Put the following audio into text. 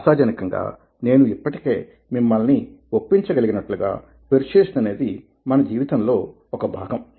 ఆశాజనకంగా నేను ఇప్పటికే మిమ్మల్ని ఒప్పించకలిగినట్లుగా పెర్సుయేసన్అనేది మన జీవితంలో ఒక భాగం